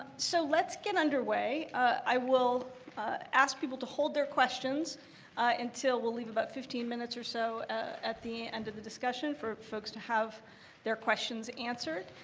so, let's get underway. i will ask people to hold their questions until, we'll leave about fifteen minutes or so at the end of the discussion for folks to have their questions answered,